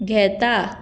घेता